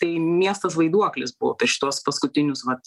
tai miestas vaiduoklis buvo per šituos paskutinius vat